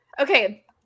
Okay